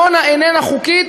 עמונה איננה חוקית,